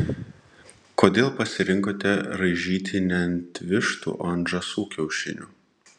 kodėl pasirinkote raižyti ne ant vištų o ant žąsų kiaušinių